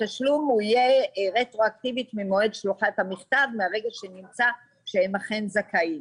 התשלום יהיה רטרואקטיבי מהרגע שנמצא שהם אכן זכאים.